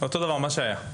אותו דבר, מה שהיה.